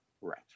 Right